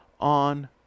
on